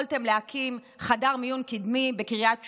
יכולתם להקים חדר מיון קדמי בקריית שמונה,